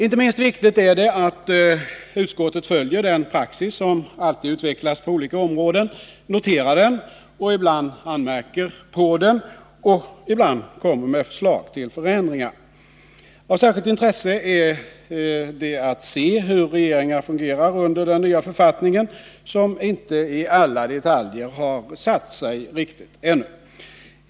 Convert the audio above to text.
Inte minst viktigt är att utskottet följer den praxis som alltid utvecklas på olika områden, noterar den och ibland anmärker på den och kommer med förslag till förändringar. Av särskilt intresse är det att se hur regeringar fungerar under den nya författningen, som inte i alla detaljer riktigt har satt sig ännu.